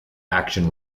action